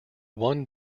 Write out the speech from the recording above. one